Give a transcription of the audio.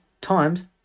times